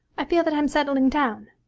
i feel that i'm settling down.